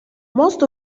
most